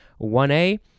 1a